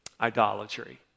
idolatry